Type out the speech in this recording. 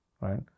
right